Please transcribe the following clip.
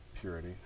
purity